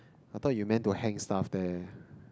I thought you meant to hang stuff there